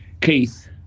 Keith